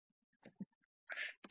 ಇದು curl F